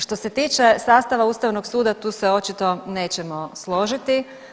Što se tiče sastava ustavnog suda tu se očito nećemo složiti.